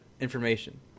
information